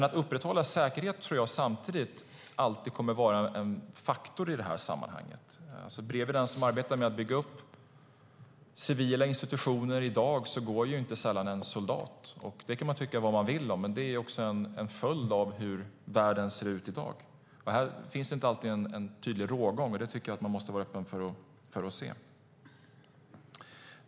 Att upprätthålla säkerhet tror jag samtidigt alltid kommer att vara en faktor i det här sammanhanget. Bredvid den som arbetar med att bygga upp civila institutioner i dag går inte sällan en soldat. Det kan man tycka vad man vill om, men det är också en följd av hur världen ser ut i dag. Här finns inte alltid en tydlig rågång, och det måste man vara öppen för att se.